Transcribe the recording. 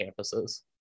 campuses